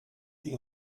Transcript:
die